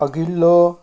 अघिल्लो